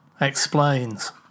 explains